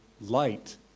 light